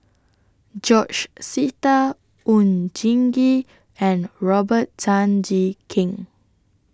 George Sita Oon Jin Gee and Robert Tan Jee Keng